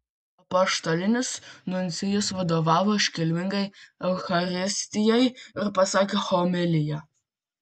apaštalinis nuncijus vadovavo iškilmingai eucharistijai ir pasakė homiliją